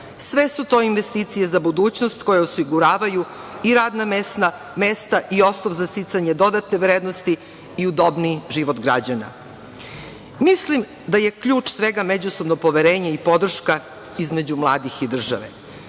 Sve su to investicije za budućnost koje osiguravaju i radna mesta i osnov za sticanje dodatne vrednosti i udobniji život građana. Mislim da je ključ svega međusobno poverenje i podrška između mladih i države.